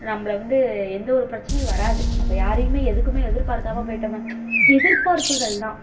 நம்மள வந்து எந்த ஒரு பிரச்சனையும் வராது நம்ம யாரையுமே எதுக்குமே எதிர்பார்க்காம போய்ட்டோம்னா எதிர்பார்ப்புகள் தான்